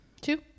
Two